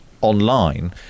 online